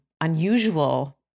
unusual